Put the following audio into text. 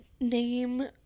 name